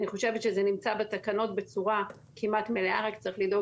אני חושבת שזה נמצא בתקנות בצורה כמעט מלאה אלא שצריך לדאוג